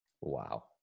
Wow